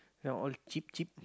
now all cheap cheap